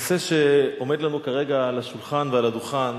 הנושא שעומד לנו כרגע על השולחן ועל הדוכן